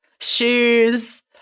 shoes